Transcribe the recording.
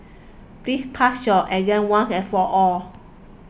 please pass your exam once and for all